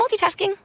multitasking